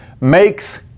makes